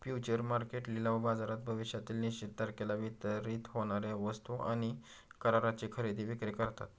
future market लिलाव बाजारात भविष्यातील निश्चित तारखेला वितरित होणार्या वस्तू आणि कराराची खरेदी विक्री करतात